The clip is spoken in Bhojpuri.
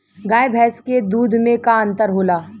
गाय भैंस के दूध में का अन्तर होला?